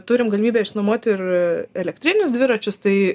turim galimybę išsinuomot ir elektrinius dviračius tai